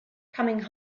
coming